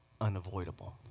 unavoidable